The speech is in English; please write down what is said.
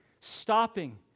stopping